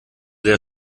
der